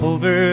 Over